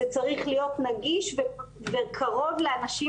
זה צריך להיות נגיש וקרוב לאנשים,